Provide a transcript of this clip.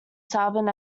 southern